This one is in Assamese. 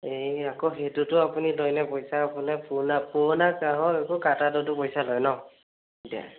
এই আকৌ সেইটোতো আপুনি লয়নে পইচা আপোনাৰ পুৰণা গ্ৰাহক আকৌ কটাটোতো পইচা লয় ন' এতিয়া